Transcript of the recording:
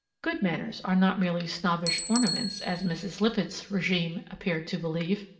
good manners are not merely snobbish ornaments, as mrs. lippett's regime appeared to believe.